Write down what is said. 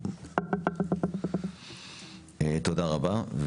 תודה רבה.